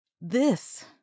this